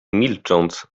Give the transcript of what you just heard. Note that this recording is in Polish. milcząc